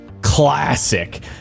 classic